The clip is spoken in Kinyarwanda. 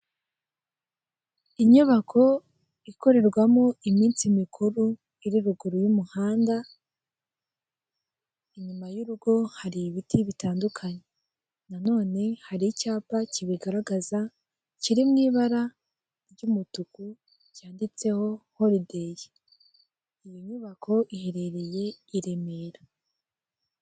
Inyibako ikorerwamo iminsi mikuru iri ruguru y'umuhanda, inyuma y'urugo hari ibiti bitandukanye, nanone hari icyapa kibigaragaza kiri mu ibara ry'umutuku cyanditseho holiday inyubako ihereye i Remera.